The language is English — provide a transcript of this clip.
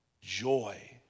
joy